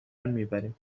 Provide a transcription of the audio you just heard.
میبریم